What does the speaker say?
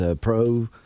pro